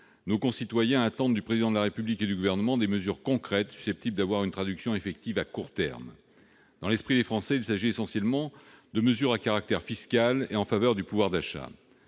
nos concitoyens attendent du Président de la République et du Gouvernement des mesures concrètes susceptibles d'avoir une traduction effective à court terme. Dans l'esprit des Français, il s'agit essentiellement de mesures à caractère fiscal et en faveur du pouvoir d'achat.